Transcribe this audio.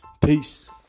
Peace